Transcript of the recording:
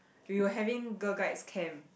we were having girl guides Camp